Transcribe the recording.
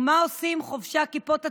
ומה עושים חובשי הכיפות הצבועות?